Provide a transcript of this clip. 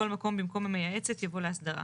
בכל מקום במקום "המייעצת" יבוא "להסדרה".